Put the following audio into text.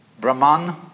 Brahman